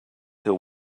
till